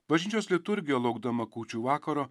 bažnyčios liturgija laukdama kūčių vakaro